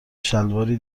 شلواری